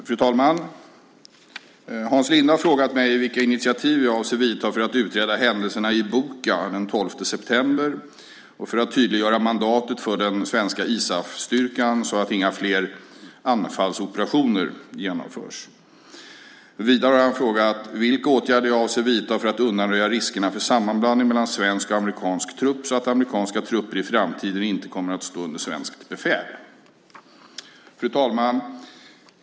Fru talman! Hans Linde har frågat mig vilka initiativ jag avser att vidta för att utreda händelserna i Boka den 12 september och för att tydliggöra mandatet för den svenska ISAF-styrkan så att inga flera "anfallsoperationer" genomförs. Vidare har han frågat vilka åtgärder jag avser att vidta för att undanröja riskerna för sammanblandning mellan svensk och amerikansk trupp så att amerikanska trupper i framtiden inte kommer att stå under svenskt befäl. Fru talman!